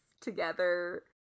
together